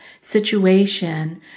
situation